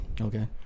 Okay